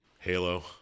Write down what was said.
Halo